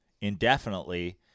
indefinitely